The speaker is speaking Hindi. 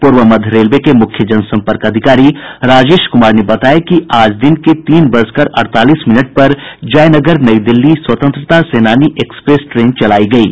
पूर्व मध्य रेलवे के मुख्य जनसंपर्क अधिकारी राजेश कुमार ने बताया कि आज दिन के तीन बजकर अड़तालीस पर जयनगर नई दिल्ली स्वतंत्रता सेनानी एक्सप्रेस ट्रेन चलायी गयी